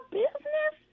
business